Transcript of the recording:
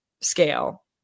scale